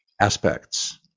Aspects